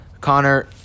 Connor